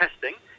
testing